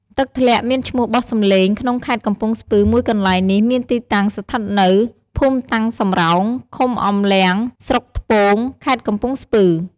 ទឹកធ្លាក់មានឈ្មោះបោះសម្លេងក្នុងខេត្តកំពង់ស្ពឺមួយកន្លែងនេះមានទីតាំងស្ថិតនៅ ភូមិតាំងសំរោង ឃុំអមលាំង ស្រុកថ្ពង ខេត្តកំពង់ស្ពឺ ។